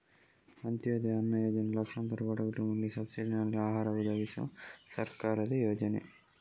ಅಂತ್ಯೋದಯ ಅನ್ನ ಯೋಜನೆಯು ಲಕ್ಷಾಂತರ ಬಡ ಕುಟುಂಬಗಳಿಗೆ ಸಬ್ಸಿಡಿನಲ್ಲಿ ಆಹಾರ ಒದಗಿಸುವ ಸರ್ಕಾರದ ಯೋಜನೆ